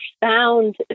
found